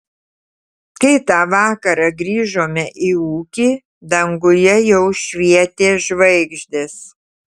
kai tą vakarą grįžome į ūkį danguje jau švietė žvaigždės